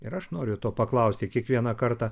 ir aš noriu to paklausti kiekvieną kartą